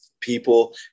people